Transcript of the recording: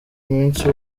umunsi